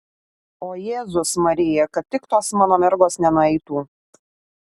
o jėzus marija kad tik tos mano mergos nenueitų